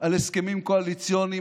על הסכמים קואליציוניים,